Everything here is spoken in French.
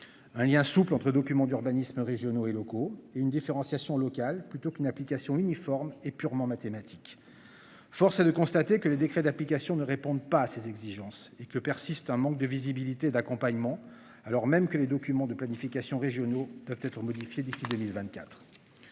Un lien souple entre documents d'urbanisme régionaux et locaux et une différenciation locale plutôt qu'une application uniforme et purement mathématique. Force est de constater que les décrets d'application ne répondent pas à ses exigences et que persiste un manque de visibilité d'accompagnement alors même que les documents de planifications régionaux doivent être modifiée d'ici 2024.